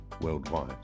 worldwide